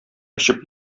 очып